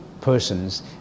persons